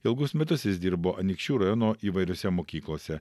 ilgus metus jis dirbo anykščių rajono įvairiose mokyklose